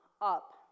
up